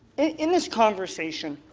in this conversation